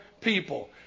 people